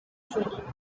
treaty